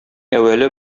әүвәле